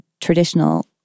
traditional